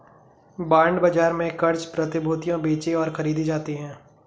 bond बाजार में क़र्ज़ प्रतिभूतियां बेचीं और खरीदी जाती हैं